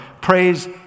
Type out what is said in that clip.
Praise